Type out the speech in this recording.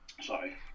Sorry